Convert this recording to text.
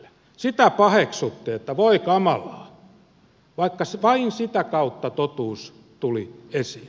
paheksutte että voi kamalaa vaikka vain sitä kautta totuus tuli esiin